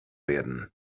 werden